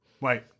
Wait